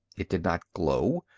it did not glow.